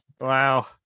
Wow